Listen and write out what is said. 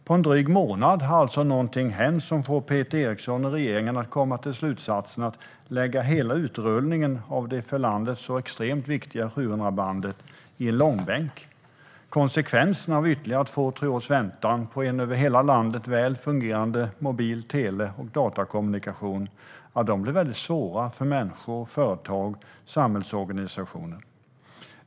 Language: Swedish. På en dryg månad har alltså någonting hänt som får Peter Eriksson och regeringen att komma till slutsatsen att man ska lägga hela utrullningen av det för landet extremt viktiga 700-bandet i en långbänk. Konsekvenserna av ytterligare två tre års väntan på väl fungerande mobil tele och datakommunikation över hela landet blir väldigt svåra för människor, företag och samhällsorganisationer.